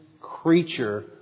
creature